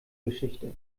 geschichte